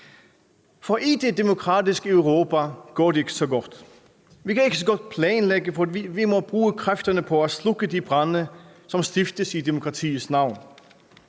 For i det demokratiske Europa går det ikke så godt. Vi kan ikke så godt planlægge, for vi må bruge kræfterne på at slukke de brande, der stiftes i demokratiets navn.